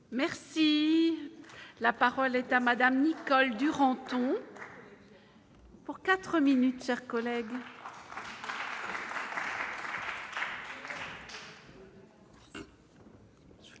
Merci, la parole est à madame Nicole Duranton. Pour 4 minutes chers collègues. Madame